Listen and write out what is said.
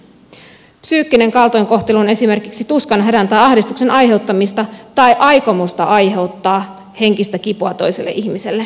psyykkinen kaltoinkohtelu on esimerkiksi tuskan hädän tai ahdistuksen aiheuttamista tai aikomusta aiheuttaa henkistä kipua toiselle ihmiselle